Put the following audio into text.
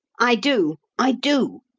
i do i do!